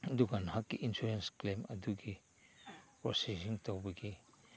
ꯑꯗꯨꯒ ꯅꯍꯥꯛꯀꯤ insurance claim ꯑꯗꯨꯒꯤ ꯄ꯭ꯔꯣꯁꯦꯁꯤꯡ ꯇꯧꯕꯒꯤ